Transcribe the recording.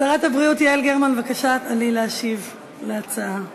שרת הבריאות יעל גרמן, בבקשה, עלי להשיב על ההצעה.